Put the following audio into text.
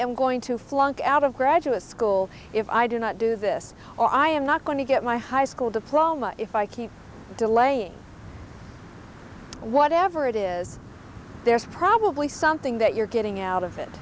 am going to flunk out of graduate school if i do not do this or i am not going to get my high school diploma if i keep delaying whatever it is there's probably something that you're getting out of it